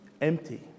empty